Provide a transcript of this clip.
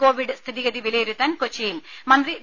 Covid സ്ഥിതിഗതി വിലയിരുത്താൻ കൊച്ചിയിൽ മന്ത്രി വി